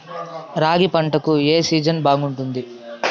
రాగి పంటకు, ఏ సీజన్ బాగుంటుంది?